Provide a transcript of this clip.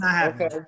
okay